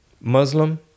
Muslim